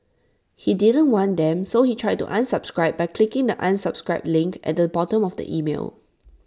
he didn't want them so he tried to unsubscribe by clicking the unsubscribe link at the bottom of the email